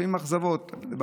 לפעמים אכזבות.